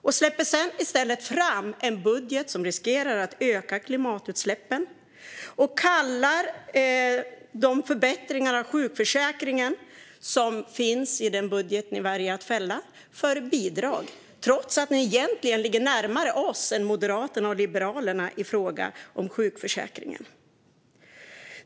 Ni släpper sedan i stället fram en budget som riskerar att öka klimatutsläppen. Ni kallar de förbättringar av sjukförsäkringen som finns i den budget som ni väljer att fälla för bidrag, trots att ni egentligen ligger närmare oss än Moderaterna och Liberalerna i fråga om sjukförsäkringen.